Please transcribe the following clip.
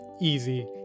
easy